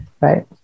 Right